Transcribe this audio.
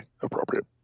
appropriate